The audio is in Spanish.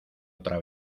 otra